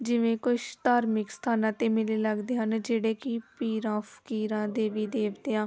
ਜਿਵੇਂ ਕੁਛ ਧਾਰਮਿਕ ਸਥਾਨਾਂ 'ਤੇ ਮੇਲੇ ਲੱਗਦੇ ਹਨ ਜਿਹੜੇ ਕਿ ਪੀਰਾਂ ਫ਼ਕੀਰਾਂ ਦੇਵੀ ਦੇਵਤਿਆਂ